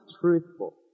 truthful